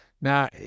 Now